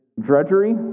drudgery